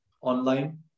online